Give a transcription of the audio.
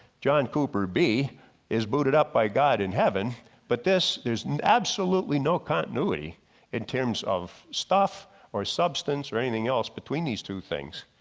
john cooper b is booted up by god in heaven but this there's absolutely no continuity in terms of stuff or substance or anything else between these two things.